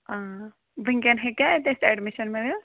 آ وٕنۍکٮ۪ن ہیٚکیا اَتہِ اَسہِ اٮ۪ڈمِشَن مِلِتھ